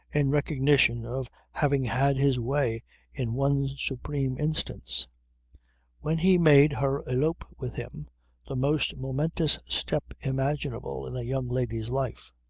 in recognition of having had his way in one supreme instance when he made her elope with him the most momentous step imaginable in a young lady's life.